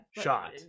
shot